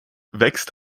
wächst